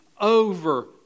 over